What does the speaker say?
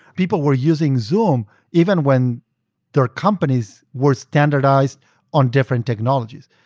people were using zoom even when their companies were standardized on different technologies.